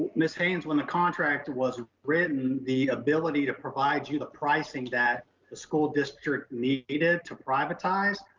ms. haynes, when the contract was written, the ability to provide you the pricing that the school district needed to privatize,